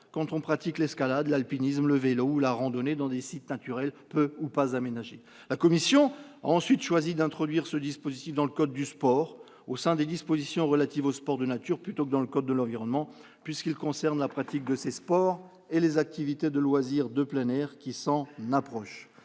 quand on pratique l'escalade, l'alpinisme, le vélo ou la randonnée dans des sites naturels peu ou pas aménagés. La commission a ensuite choisi d'introduire ce dispositif dans le code du sport, au sein des dispositions relatives aux sports de nature, plutôt que dans le code de l'environnement, puisqu'il concerne la pratique de ces sports et les activités de loisirs de plein air qui s'en approchent.